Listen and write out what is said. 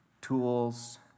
Tools